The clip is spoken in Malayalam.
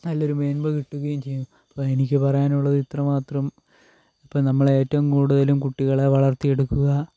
നല്ലൊരു മേന്മ കിട്ടുകയും ചെയ്യും അപ്പോൾ എനിക്ക് പറയാനുള്ളത് ഇത്രമാത്രം ഇപ്പോൾ നമ്മൾ ഏറ്റവും കൂടുതലും കുട്ടികളെ വളർത്തിയെടുക്കുക